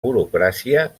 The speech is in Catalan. burocràcia